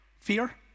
Fear